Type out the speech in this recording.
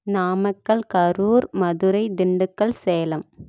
Namakkal Karur Madurai Dindigul Salem